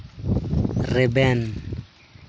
ᱨᱮᱵᱮᱱ